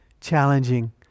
challenging